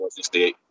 168